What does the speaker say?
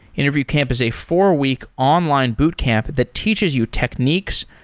interview camp is a four-week online boot camp that teaches you techniques,